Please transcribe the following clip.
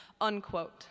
unquote